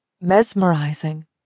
mesmerizing